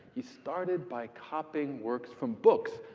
he started by copying works from books.